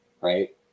right